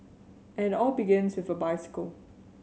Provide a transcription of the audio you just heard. and all begins with a bicycle